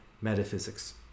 metaphysics